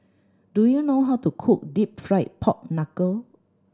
do you know how to cook Deep Fried Pork Knuckle